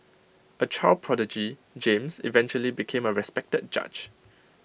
A child prodigy James eventually became A respected judge